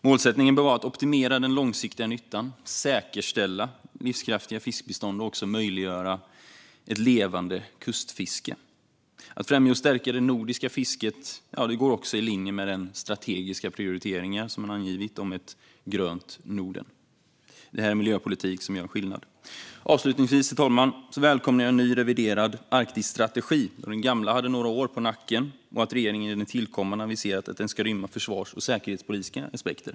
Målsättningen bör vara att optimera den långsiktiga nyttan, säkerställa livskraftiga fiskbestånd och möjliggöra ett levande kustfiske. Att främja och stärka det nordiska fisket går också i linje med den strategiska prioritering som angivits om ett grönt Norden. Det är miljöpolitik som gör skillnad. Avslutningsvis herr talman, välkomnar jag en ny reviderad Arktisstrategi, då den gamla har några år på nacken, och att regeringen aviserat att den tillkommande ska rymma försvars och säkerhetspolitiska aspekter.